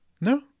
No